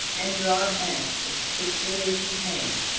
and drive back as quickly as you can.